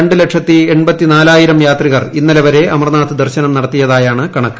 രണ്ട് ലക്ഷത്തി എൺപത്തിനാലായിരം യാത്രികർ ഇന്നലെവരെ അമർനാഥ് ദർശനം നടത്തിയാണ് കണക്ക്